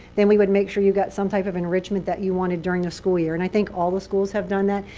then we would make sure you got some type of enrichment that you wanted during the school year. and i think all the schools have done that.